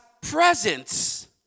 presence